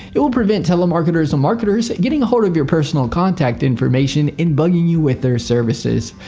it will prevent telemarketers and marketers getting a hold of your personal contact information and bugging you with their services.